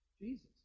Jesus